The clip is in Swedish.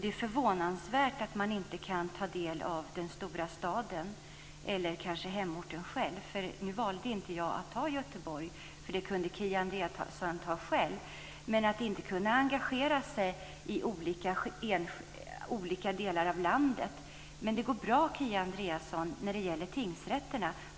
Det är förvånansvärt att man inte kan ta del av den stora staden eller hemorten själv. Nu valde inte jag att ta Göteborg, för det kunde Kia Andreasson ta själv, men att inte kunna engagera sig i olika delar av landet. Men det går bra, Kia Andreasson, när det gäller tingsrätterna.